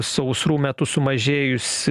sausrų metu sumažėjus